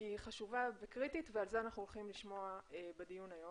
היא חשובה וקריטית ועל זה אנחנו הולכים לשמוע בדיון היום.